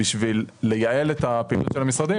כדי לייעל את הפעילות של המשרדים,